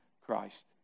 Christ